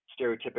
stereotypical